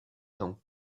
donc